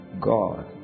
God